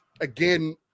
again